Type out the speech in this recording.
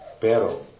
Pero